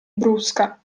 brusca